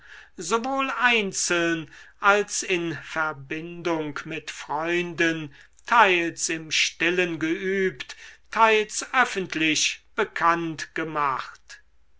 sowohl einzeln als in verbindung mit freunden teils im stillen geübt teils öffentlich bekannt gemacht